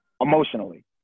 Emotionally